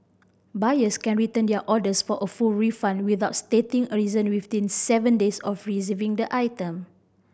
buyers can return their orders for a full refund without stating a reason within seven days of receiving the item